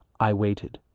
i waited.